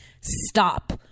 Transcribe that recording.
stop